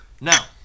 Now